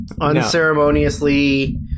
Unceremoniously